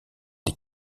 des